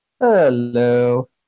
Hello